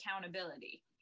accountability